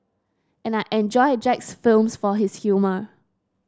and I enjoy Jack's films for his humour